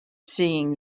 seeing